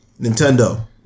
Nintendo